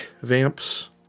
vamps